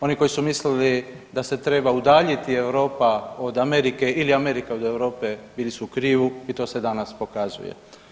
Oni koji su mislili da se treba udaljiti Europa od Amerike ili Amerika od Europe bili su u krivu i to se danas pokazuje.